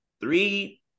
three